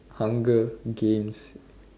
hunger games